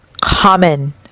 common